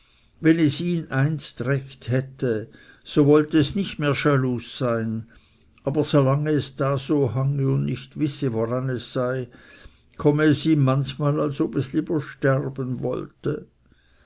wenn es ihn einst recht hätte so wollte es nicht mehr schalus sein aber solange es so dahange und nicht wisse woran es sei komme es ihm manchmal als ob es lieber sterben wollte